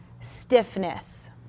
stiffness